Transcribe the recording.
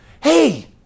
Hey